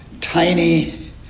tiny